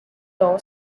law